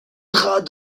drap